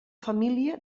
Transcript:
família